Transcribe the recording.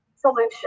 solution